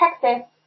Texas